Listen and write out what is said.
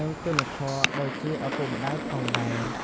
និងគុណធម៌ដូចជាឪពុកម្តាយផងដែរ។